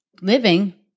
living